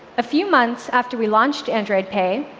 a few months after we launched android pay,